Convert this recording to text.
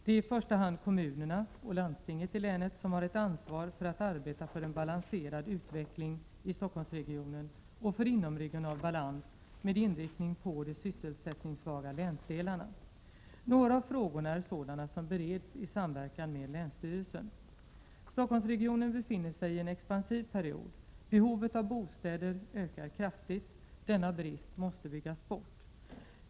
Det är i första hand kommunerna och landstinget i länet som har ett ansvar för att arbeta för en balanserad utveckling i Stockholmsregionen och för inomregional balans med inriktning på de sysselsättningssvaga länsdelarna. Några-av frågorna är sådana som bereds i samverkan med länsstyrelsen. Stockholmsregionen befinner sig i en expansiv period. Behovet av bostäder ökar kraftigt. Denna brist måste byggas bort.